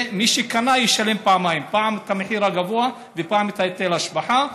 ומי שקנה ישלם פעמיים: פעם את המחיר הגבוה ופעם את ההיטל השבחה.